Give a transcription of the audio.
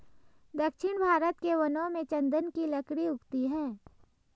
दक्षिण भारत के वनों में चन्दन की लकड़ी उगती है